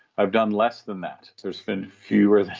i've done less than that. there's been fewer